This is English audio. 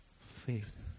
faith